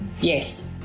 Yes